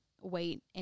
wait